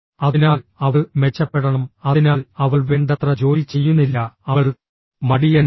അതിനാൽ അവൾ മെച്ചപ്പെടണം അതിനാൽ അവൾ വേണ്ടത്ര ജോലി ചെയ്യുന്നില്ല അവൾ മടിയനാണ്